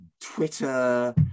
Twitter